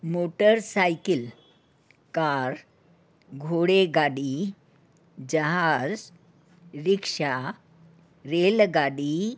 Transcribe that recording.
motor cycle car घोड़े गाॾी जहाज़ रिक्शा रेलगाॾी